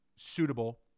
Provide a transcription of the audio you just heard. suitable